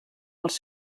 els